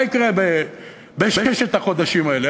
מה יקרה בששת החודשים האלה?